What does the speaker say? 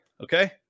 Okay